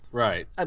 Right